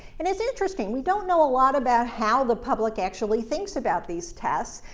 and it's interesting. we don't know a lot about how the public actually thinks about these tests,